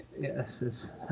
Yes